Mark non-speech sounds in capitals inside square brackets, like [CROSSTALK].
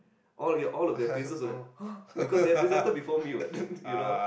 all ya all of their faces were like !huh! because they have presented before me [what] [LAUGHS] you know